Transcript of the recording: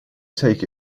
take